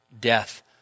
death